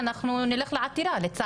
אנחנו נלך לעתירה לבג"ץ,